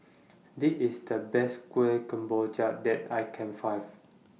This IS The Best Kuih Kemboja that I Can Find